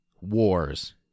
wars